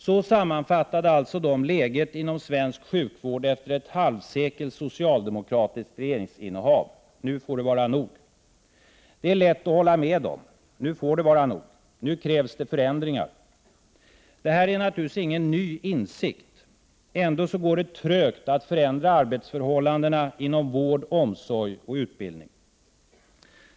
Så sammanfattade alltså de läget inom svensk sjukvård efter ett halvsekels socialdemokratiskt regeringsinnehav: ”Nu får det vara nog!” Det är lätt att hålla med dem. Nu får det vara nog. Nu krävs det förändringar. Det här är naturligtvis ingen ny insikt. Ändå går det trögt att förändra arbetsförhållandena inom vård, omsorg och utbildning.